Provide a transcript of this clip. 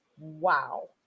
Wow